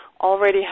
already